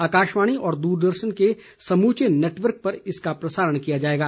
आकाशवाणी और दूरदर्शन के समूचे नेटवर्क पर इसका प्रसारण किया जाएगा